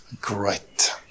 Great